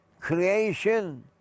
creation